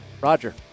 Roger